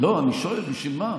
לא, אני שואל, בשביל מה?